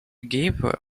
give